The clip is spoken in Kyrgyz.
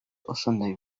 ошондой